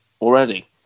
already